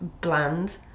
bland